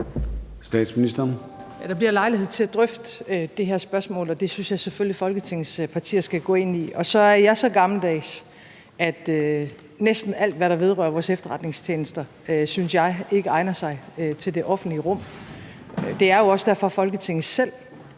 Der bliver lejlighed til at drøfte det her spørgsmål, og det synes jeg selvfølgelig Folketingets partier skal gå ind i. Så er jeg så gammeldags, at jeg synes, at næsten alt, hvad der vedrører vores efterretningstjenester, ikke egner sig til det offentlige rum. Det er jo også derfor, Folketinget selv